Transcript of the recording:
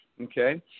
Okay